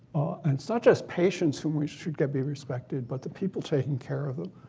and such as patients whom which should get be respected, but the people taking care of them.